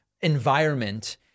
environment